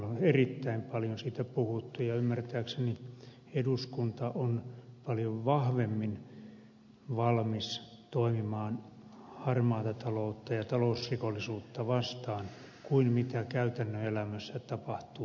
meillä erittäin paljon siitä puhuttu ja ymmärtääkseni eduskunta on paljon vahvemmin valmis toimimaan harmaata taloutta ja talousrikollisuutta vastaan kuin mitä käytännön elämässä tapahtuu